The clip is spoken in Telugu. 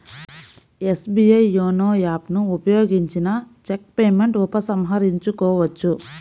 ఎస్బీఐ యోనో యాప్ ను ఉపయోగించిన చెక్ పేమెంట్ ఉపసంహరించుకోవచ్చు